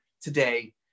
today